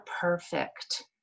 perfect